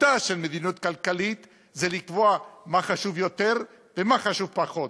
מהותה של מדיניות כלכלית זה לקבוע מה חשוב יותר ומה חשוב פחות.